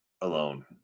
alone